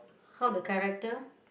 how the character